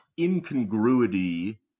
incongruity